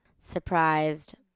surprised